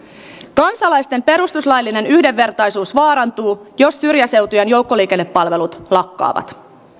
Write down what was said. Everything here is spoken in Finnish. kansalaisten perustuslaillinen yhdenvertaisuus vaarantuu jos syrjäseutujen joukkoliikennepalvelut lakkaavat